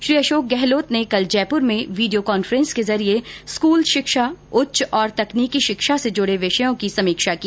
श्री गहलोत ने कल जयपुर में वीडियो कांफ्रेंस के जरिए स्कूल शिक्षा उच्च और तकनीकी शिक्षा से जुड़े विषयों की समीक्षा की